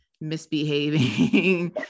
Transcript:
misbehaving